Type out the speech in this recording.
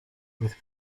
with